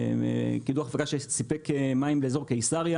קידוח הפקה שסיפק מים לאזור קיסריה